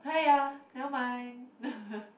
(aiya) nevermind